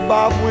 Bob